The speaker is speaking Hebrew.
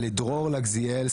לדרור לגזיאל,